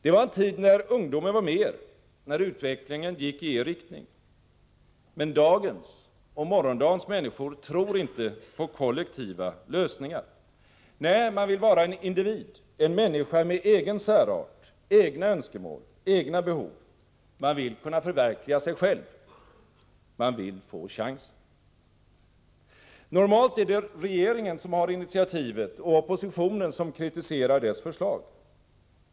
Det var en tid när ungdomen var med er, när utvecklingen gick i er riktning. Men dagens och morgondagens människor tror inte på kollektiva lösningar. Nej, man vill vara en individ, en människa med egen särart, egna önskemål, egna behov. Man vill kunna förverkliga sig själv. Man vill få chansen. Normalt är det regeringen som har initiativet och oppositionen som kritiserar dess förslag.